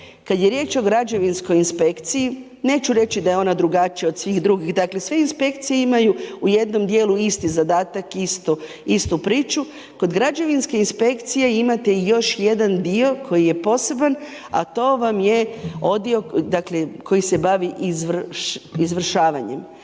kad je riječ i građevinskoj inspekciji, neću reći da je ona drugačija od svih drugih, dakle sve inspekcije imaju u jednom djelu isti zadatak i istu priču, kod građevinske inspekcije imate još jedan dio koji je poseban a to vam je odio, dakle koji se bavi izvršavanjem.